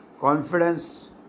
confidence